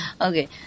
Okay